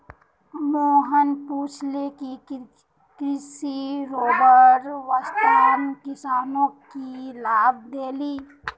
मोहन पूछले कि कृषि रोबोटेर वस्वासे किसानक की लाभ ह ले